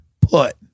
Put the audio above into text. put